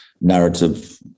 narrative